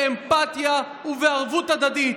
באמפתיה ובערבות הדדית.